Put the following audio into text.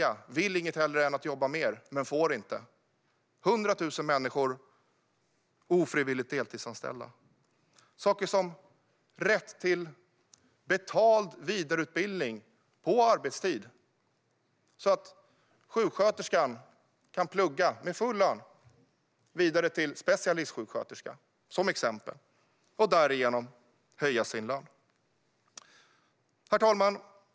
De vill inget hellre än att jobba mer men får inte. Det är 100 000 människor som är ofrivilligt deltidsanställda. Det är saker som rätt till betald vidareutbildning på arbetstid så att sjuksköterskan med full lön kan plugga vidare till specialistsjuksköterska, som exempel, och därigenom höja sin lön. Herr talman!